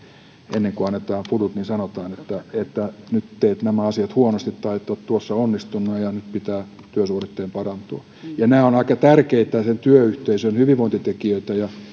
ennen kuin annetaan fudut niin sanotaan että että nyt teet nämä asiat huonosti tai et ole tuossa onnistunut ja ja nyt pitää työsuoritteen parantua nämä ovat aika tärkeitä työyhteisön hyvinvointitekijöitä ja